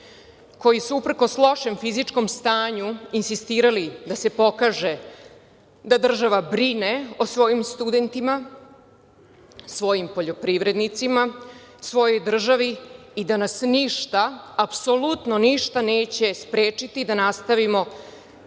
koji su, uprkos lošem fizičkom stanju, insistirali da se pokaže da država brine o svojim studentima, svojim poljoprivrednicima, svojoj državi i da nas ništa, apsolutno ništa neće sprečiti da nastavimo